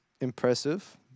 impressive